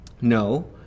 no